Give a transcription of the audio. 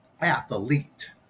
athlete